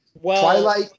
Twilight